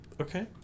Okay